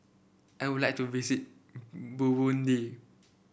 I would like to visit Burundi